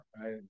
right